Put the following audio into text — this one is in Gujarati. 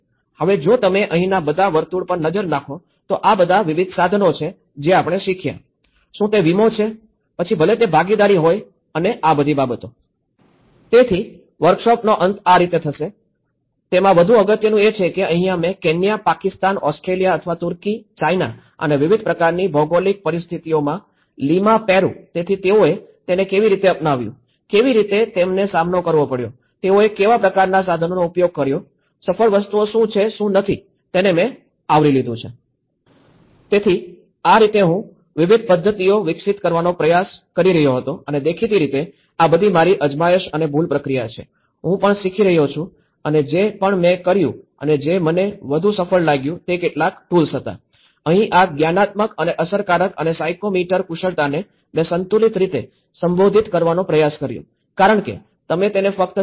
હવે જો તમે અહીંના બધા વર્તુળ પર નજર નાખો તો આ બધાં વિવિધ સાધનો છે જે આપણે શીખ્યા શું તે વીમો છે પછી ભલે તે ભાગીદારી હોય અને આ બધી બાબતો